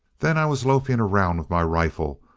then i was loafing around with my rifle,